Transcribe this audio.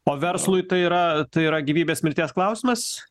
o verslui tai yra tai yra gyvybės mirties klausimas